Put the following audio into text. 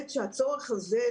הצורך הזה,